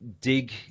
dig